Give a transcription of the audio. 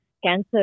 cancer